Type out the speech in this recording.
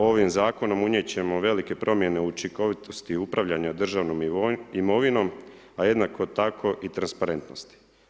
Ovim zakonom unijet ćemo velike promjene učinkovitosti upravljanja državnom imovinom, a jednako tako i transparentnosti.